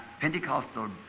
Pentecostal